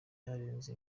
byaranze